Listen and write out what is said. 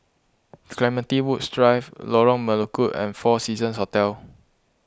Clementi Woods Drive Lorong Melukut and four Seasons Hotel